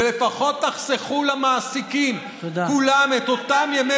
ולפחות תחסכו למעסיקים כולם את אותם ימי